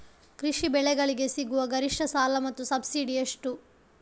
ಕೃಷಿ ಬೆಳೆಗಳಿಗೆ ಸಿಗುವ ಗರಿಷ್ಟ ಸಾಲ ಮತ್ತು ಸಬ್ಸಿಡಿ ಎಷ್ಟು?